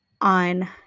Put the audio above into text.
on